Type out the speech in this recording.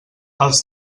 els